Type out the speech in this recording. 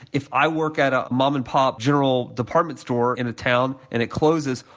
if i work at a mom and pop, general department store in a town and it closes,